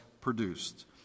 produced